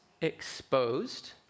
exposed